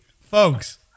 folks